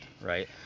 Right